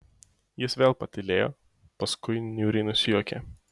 jis vėl patylėjo paskui niūriai nusijuokė